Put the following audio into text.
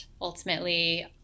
ultimately